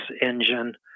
engine